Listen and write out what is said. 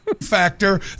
factor